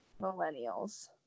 millennials